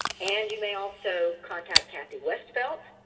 and you may also contact cathy westfelt,